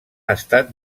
estat